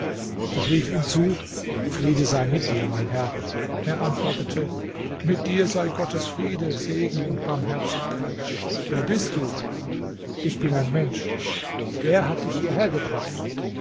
ich rief ihm zu friede sei mit dir mein herr er antwortete mit dir sei gottes friede segen und barmherzigkeit wer bist du ich bin ein mensch wer hat dich hierher gebracht